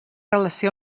relació